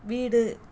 வீடு